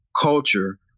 culture